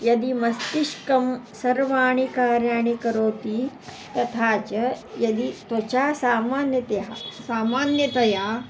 यदि मस्तिष्कं सर्वाणि कार्याणि करोति तथा च यदि त्वचा सामान्यतया सामान्यतया